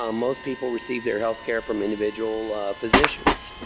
um most people received their healthcare from individual physicians.